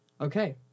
Okay